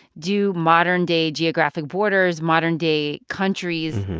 do modern-day geographic borders, modern-day countries,